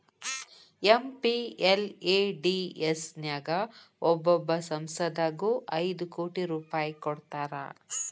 MPLADS ನ್ಯಾಗ ಒಬ್ಬೊಬ್ಬ ಸಂಸದಗು ಐದು ಕೋಟಿ ರೂಪಾಯ್ ಕೊಡ್ತಾರಾ